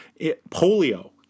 Polio